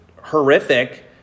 horrific